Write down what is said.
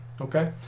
Okay